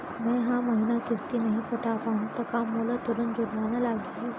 मैं ए महीना किस्ती नई पटा पाहू त का मोला तुरंत जुर्माना लागही?